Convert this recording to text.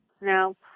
No